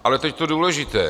Ale teď to důležité.